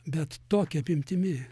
bet tokia apimtimi